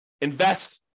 Invest